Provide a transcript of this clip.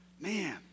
man